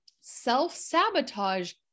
Self-sabotage